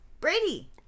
Brady